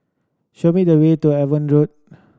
show me the way to Avon Road